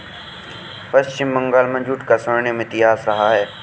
पश्चिम बंगाल में जूट का स्वर्णिम इतिहास रहा है